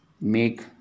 make